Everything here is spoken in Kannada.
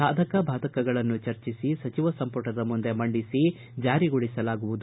ಸಾಧಕ ಬಾಧಕಗಳನ್ನು ಚರ್ಚಿಸಿ ಸಚಿವ ಸಂಪುಟದ ಮುಂದೆ ಮಂಡಿಸಿ ಜಾರಿಗೊಳಿಸಲಾಗುವುದು